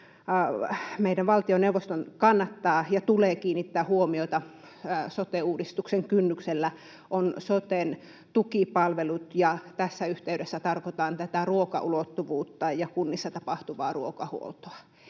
meidän valtioneuvoston kannattaa ja tulee kiinnittää huomiota sote-uudistuksen kynnyksellä, ovat soten tukipalvelut. Tässä yhteydessä tarkoitan tätä ruokaulottuvuutta ja kunnissa tapahtuvaa ruokahuoltoa.